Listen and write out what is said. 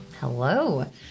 Hello